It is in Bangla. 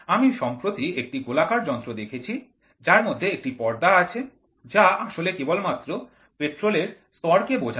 আমি সম্প্রতি একটি গোলাকার যন্ত্র দেখেছি যার মধ্যে একটি পর্দা আছে যা আসলে কেবলমাত্র পেট্রোল এর স্তর কে বোঝাচ্ছে